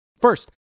First